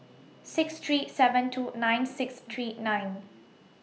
six three seven two nine six three nine